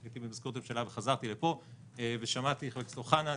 הייתי במזכירות הממשלה וחזרתי לפה שמעתי את חבר הכנסת אוחנה,